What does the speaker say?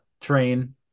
train